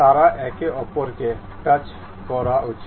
তারা একে অপরকে স্পর্শ করা উচিত